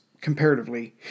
comparatively